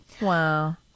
wow